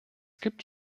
gibt